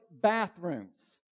bathrooms